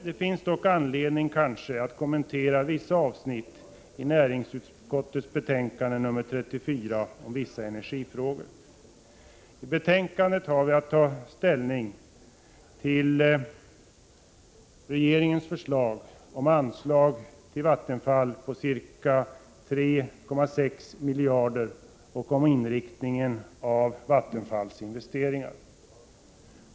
Det finns dock anledning att kommentera en del avsnitt i näringsutskottets betänkande nr 34 om vissa energifrågor. I betänkandet har vi att ta ställning till regeringens förslag om anslag till vattenfallsverket på ca 3 575 milj.kr. och om inriktningen av verkets investeringar.